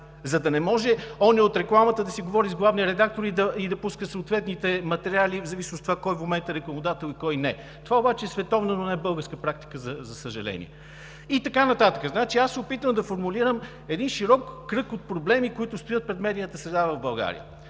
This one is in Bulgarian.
за да не може оня от рекламата да си говори с главния редактор и да пуска съответните материали, в зависимост от това кой в момента е рекламодател и кой – не. Това е световна, но не и българска практика, за съжаление. И така нататък! Аз се опитвам да формулирам един широк кръг проблеми, които стоят пред медийната среда в България.